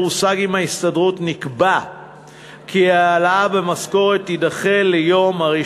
הושג עם ההסתדרות נקבע כי ההעלאה במשכורת תידחה ליום 1